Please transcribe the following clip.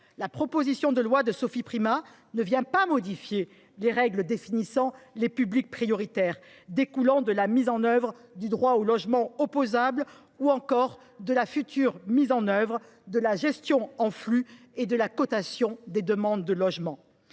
La proposition de loi de Sophie Primas ne vient pas modifier les règles définissant les publics prioritaires, découlant de la mise en œuvre du droit au logement opposable ou encore de la future mise en œuvre de la gestion en flux et de la cotation des demandes de logement.